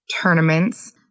tournaments